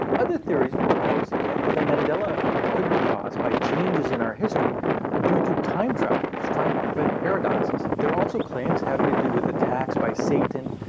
other theories propose that the mandela effect could be caused by changes in our history due to time travelers trying to prevent paradoxes. there are also claims having to do with attacks by satan,